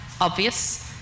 obvious